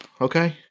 okay